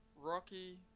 Rocky